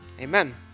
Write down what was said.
Amen